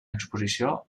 exposició